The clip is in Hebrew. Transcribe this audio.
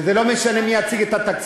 וזה לא משנה מי יציג את התקציב,